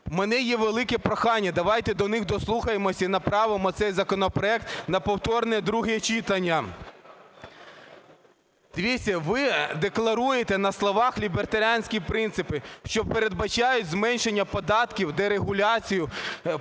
У мене є велике прохання: давайте до них дослухаємося і направимо цей законопроект на повторне друге читання. Дивіться, ви декларуєте на словах лібертаріанські принципи, що передбачають зменшення податків, дерегуляцію,